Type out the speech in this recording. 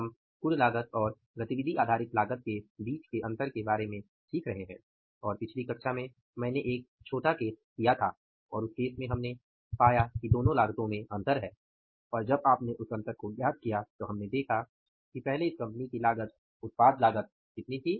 हम कुल लागत और गतिविधि आधारित लागत के बीच के अंतर के बारे में सीख रहे हैं और पिछली कक्षा में मैंने एक छोटा केस किया था और उस केस में हमने पाया कि दोनों लागतों में अंतर है और जब आपने उस अंतर को ज्ञात किया तो हमने देखा कि पहले इस कंपनी की लागत उत्पाद लागत कितनी थी